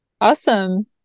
Awesome